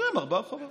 סוגרים ארבעה רחובות.